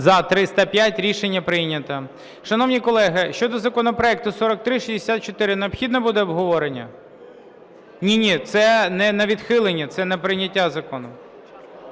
За-305 Рішення прийнято. Шановні колеги, щодо законопроекту 4364 необхідно буде обговорення? Ні, це не на відхилення, це на прийняття закону.